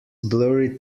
blurry